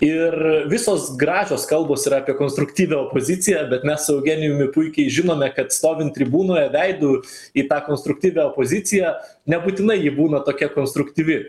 ir visos gražios kalbos yra apie konstruktyvią opoziciją bet mes su eugenijumi puikiai žinome kad stovint tribūnoje veidu į tą konstruktyvią opoziciją nebūtinai ji būna tokia konstruktyvi